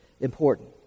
important